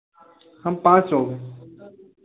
हम पाँच लोग हैं